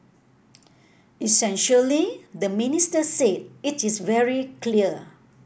essentially the minister said it is very clear